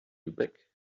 lübeck